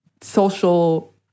social